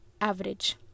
average